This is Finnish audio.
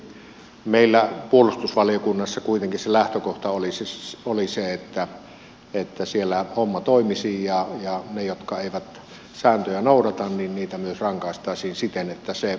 mutta tietysti meillä puolustusvaliokunnassa kuitenkin se lähtökohta oli se että siellä homma toimisi ja niitä jotka eivät sääntöjä noudata myös rangaistaisiin siten että se vaikuttavuus olisi riittävä